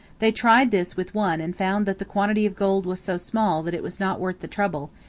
they tried this with one and found that the quantity of gold was so small that it was not worth the trouble,